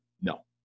No